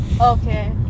Okay